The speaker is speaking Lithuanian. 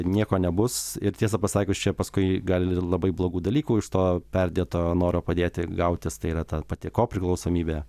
nieko nebus ir tiesą pasakius čia paskui gali labai blogų dalykų iš to perdėto noro padėti gautis tai yra ta pati kopriklausomybė